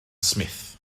smith